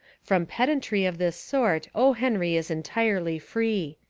from pedantry of this sort o. henry is entirely free.